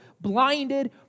blinded